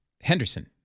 henderson